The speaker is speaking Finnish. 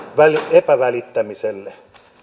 epävälittämiseltä